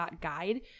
Guide